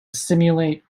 simulate